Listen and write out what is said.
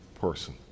person